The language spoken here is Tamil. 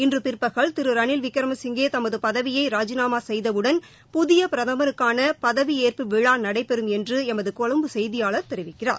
இன்று பிற்பகல் திரு ரணில் வின்மசிங்கே தமது பதவியை ராஜிநாமா செய்தவுடன் புதிய பிரதமருக்கான பதவியேற்பு விழா நடைபெறும் என்று எமது கொழும்பு செய்தியாளர் தெரிவிக்கிறார்